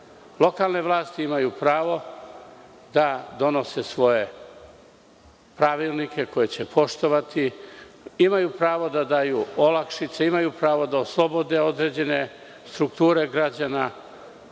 Lokalne vlasti imaju pravo da donose svoje pravilnike koje će poštovati, imaju pravo da daju olakšice, imaju pravo da oslobode određene strukture građana